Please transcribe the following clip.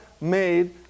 made